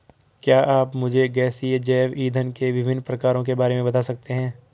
क्या आप मुझे गैसीय जैव इंधन के विभिन्न प्रकारों के बारे में बता सकते हैं?